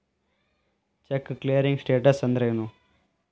Check clearing states ಅಂದ್ರೇನು?